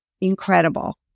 incredible